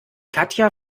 katja